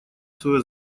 свое